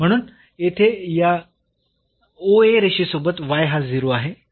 म्हणून येथे या OA रेषेसोबत हा 0 आहे